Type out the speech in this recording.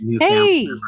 Hey